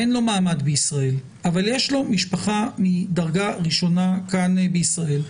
אין לו מעמד בישראל אבל יש לו משפחה מדרגה ראשונה כאן בישראל.